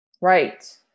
Right